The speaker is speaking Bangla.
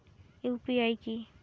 ইউ.পি.আই কি?